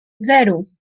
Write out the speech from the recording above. zero